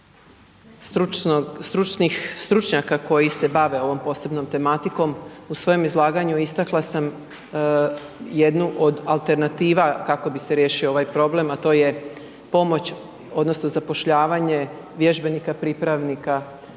U svom izlaganju istakla sam jednu od alternativa kako bi se riješio ovaj problem, a to je pomoć, odnosno zapošljavanje vježbenika, pripravnika